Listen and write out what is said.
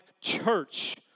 church